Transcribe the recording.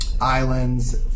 islands